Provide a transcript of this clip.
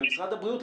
ומשרד הבריאות,